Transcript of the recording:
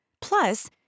Plus